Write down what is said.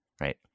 right